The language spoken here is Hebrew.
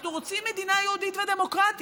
אנחנו רוצים מדינה יהודית ודמוקרטית.